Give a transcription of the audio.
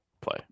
play